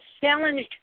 challenged